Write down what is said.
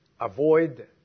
avoid